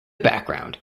background